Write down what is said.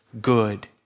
good